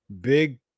big